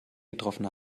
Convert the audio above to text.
getroffen